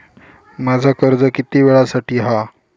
माझा कर्ज किती वेळासाठी हा?